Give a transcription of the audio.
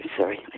sorry